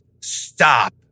stop